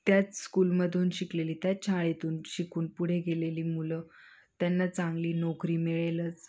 त्याच स्कूलमधून शिकलेली त्याच शाळेतून शिकून पुढे गेलेली मुलं त्यांना चांगली नोकरी मिळेलच